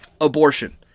abortion